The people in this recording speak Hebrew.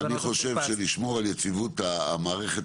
אני חושב שלשמור על יציבות המערכת